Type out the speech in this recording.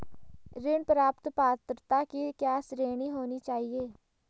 ऋण प्राप्त पात्रता की क्या श्रेणी होनी चाहिए?